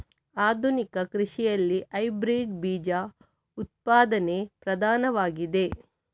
ಆಧುನಿಕ ಕೃಷಿಯಲ್ಲಿ ಹೈಬ್ರಿಡ್ ಬೀಜ ಉತ್ಪಾದನೆ ಪ್ರಧಾನವಾಗಿದೆ